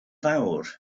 fawr